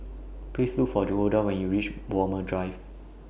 Please Look For Golda when YOU REACH Walmer Drive